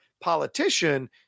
politician